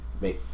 make